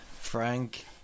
frank